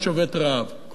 קוראים לו: תמיר חג'ג'.